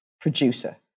producer